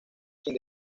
sin